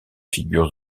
figures